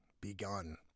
begun